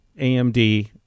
AMD